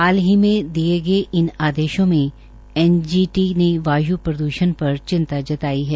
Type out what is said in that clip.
हाल ही दिये गये इन आदेशों में एनजीटी ने वायु प्रदूषण पर चिंता जताई है